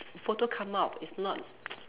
photo come out it's not